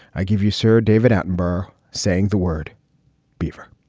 i give you sir david attenborough saying the word beaver.